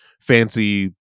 fancy